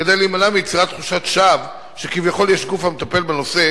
כדי להימנע מיצירת תחושת שווא שכביכול יש גוף המטפל בנושא,